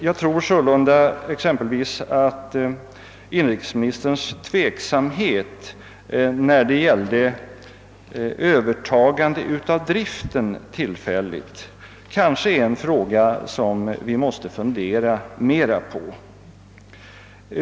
Jag tror sålunda att inrikesministerns tveksamhet när det gällde tillfälligt övertagande av driften vid enskilda företag är en fråga som vi måste fundera ytterligare på.